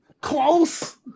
Close